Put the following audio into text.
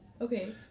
Okay